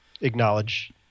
acknowledge